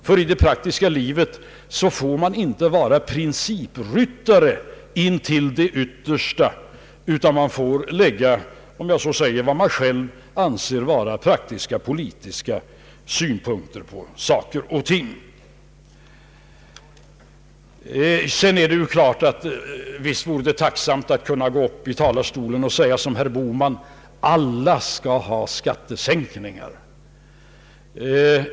I det praktiska livet får man nämligen inte vara principryttare till det yttersta, utan måste lägga, om jag så får säga, vad man själv anser vara praktiska politiska synpunkter på saker och ting. Givetvis vore det tacksamt att kunna gå upp i talarstolen och säga som herr Bohman, att alla skall ha skattesänkningar.